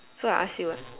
so I ask you ah